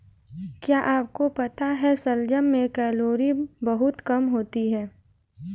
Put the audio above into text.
क्या आपको पता है शलजम में कैलोरी बहुत कम होता है?